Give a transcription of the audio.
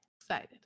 Excited